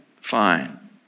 fine